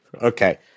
Okay